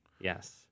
Yes